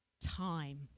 Time